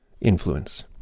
influence